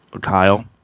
Kyle